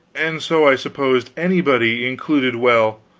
and so i supposed anybody included well,